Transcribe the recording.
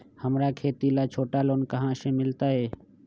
हमरा खेती ला छोटा लोने कहाँ से मिलतै?